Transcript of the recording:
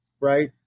right